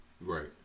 Right